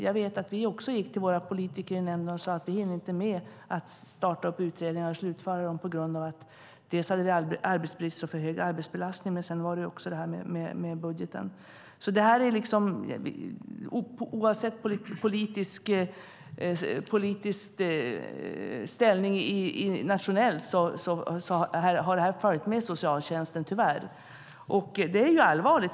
Jag vet att vi också gick till våra politiker i nämnden och sade att vi inte hann med att starta och slutföra utredningar på grund av för hög arbetsbelastning, och sedan fanns också detta med budgeten. Oavsett politiskt styre nationellt har det här tyvärr följt med socialtjänsten. Det är allvarligt.